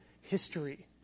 history